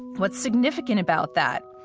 what's significant about that,